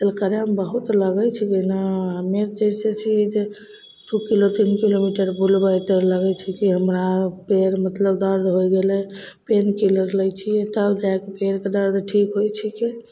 पैदल करयमे बहुत लगय छीकै ने हम्मे जैसे छियै जे दू किलो तीन किलोमीटर बूलबय तऽ लगय छै की हमरा पयर मतलब दर्द होइ गेलय पेन किलर लै छियै तब जाके पयरके दर्द ठीक होइ छीकै